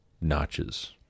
notches